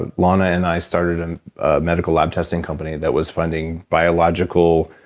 ah lana and i started and a medical lab testing company that was funding biological,